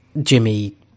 Jimmy